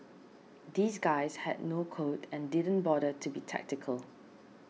these guys had no code and didn't bother to be tactical